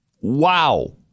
Wow